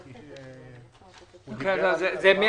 כי הוא דיבר על מע"מ.